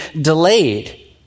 delayed